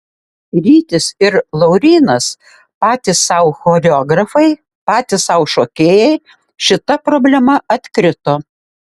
rytis ir laurynas patys sau choreografai patys sau šokėjai šita problema atkrito